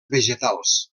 vegetals